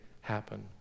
happen